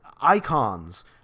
icons